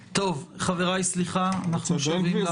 חבריי, סליחה, אנחנו שבים להצגה.